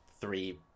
three